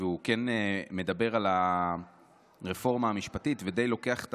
והוא כן מדבר על הרפורמה המשפטית ודי לוקח את